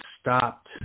stopped